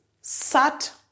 sat